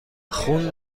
خون